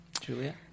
Julia